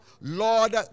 lord